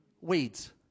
weeds